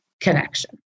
connection